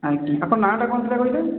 ଆଜ୍ଞା ଆପଣଙ୍କ ନାଁ ଟା କ'ଣ ଥିଲା କହିଲେ